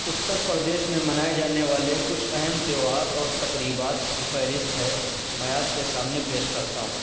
اتر پردیش میں منائے جانے والے کچھ اہم تہوار اور تقریبات کی فہرست ہے میں آپ کے سامنے پیش کرتا ہوں